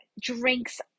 drinks